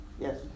Yes